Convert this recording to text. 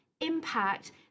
impact